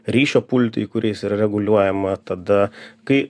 ryšio pultai kuriais yra reguliuojama tada kai